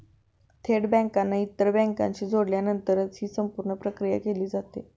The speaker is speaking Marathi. थेट बँकांना इतर बँकांशी जोडल्यानंतरच ही संपूर्ण प्रक्रिया केली जाते